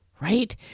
right